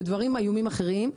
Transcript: ודברים איומים אחרים,